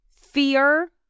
fear